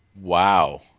Wow